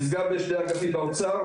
נסגר בשני האגפים באוצר,